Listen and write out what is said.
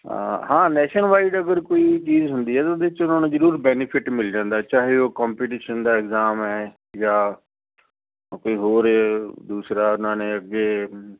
ਹਾਂ ਹਾਂ ਨੈਸ਼ਨਲਵਾਈਡ ਅਗਰ ਕੋਈ ਚੀਜ਼ ਹੁੰਦੀ ਹੈ ਤਾਂ ਉਹਦੇ ਵਿੱਚ ਉਹਨਾਂ ਨੂੰ ਜ਼ਰੂਰ ਬੈਨੀਫਿਟ ਮਿਲ ਜਾਂਦਾ ਚਾਹੇ ਉਹ ਕੋਪੀਟੀਸ਼ਨ ਦਾ ਇਗਜ਼ਾਮ ਹੈ ਜਾਂ ਕੋਈ ਹੋਰ ਦੂਸਰਾ ਉਹਨਾਂ ਨੇ ਅੱਗੇ